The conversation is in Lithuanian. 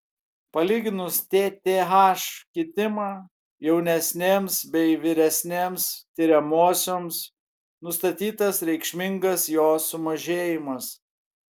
palyginus tth kitimą jaunesnėms bei vyresnėms tiriamosioms nustatytas reikšmingas jo sumažėjimas